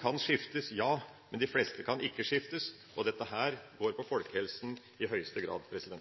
kan skiftes ut, men de fleste kan ikke skiftes ut. Dette gjelder i høyeste grad folkehelsen.